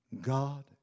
God